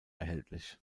erhältlich